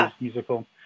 musical